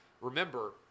Remember